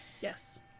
Yes